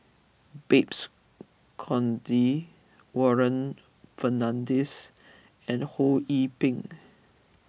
Babes Conde Warren Fernandez and Ho Yee Ping